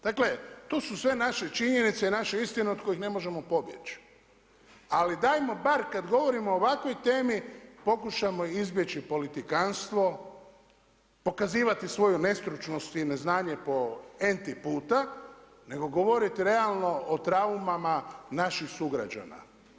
Dakle, to su sve naše činjenice i naše istine od kojih ne možemo pobjeći, ali dajmo bar kad govorimo o ovakvoj temi pokušamo izbjeći politikantstvo dokazivati svoju nestručnost i neznanje po enti puta, nego govoriti realno o traumama naših sugrađana.